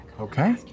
Okay